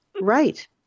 Right